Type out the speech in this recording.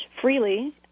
freely